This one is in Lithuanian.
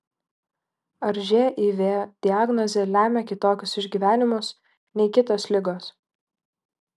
ar živ diagnozė lemia kitokius išgyvenimus nei kitos ligos